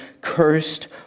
Cursed